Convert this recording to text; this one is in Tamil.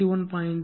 81 21